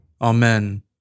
Amen